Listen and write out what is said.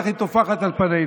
איך היא טופחת על פנינו.